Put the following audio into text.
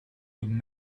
would